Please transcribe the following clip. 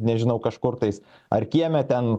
nežinau kažkurtais ar kieme ten